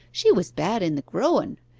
she was bad in the growen,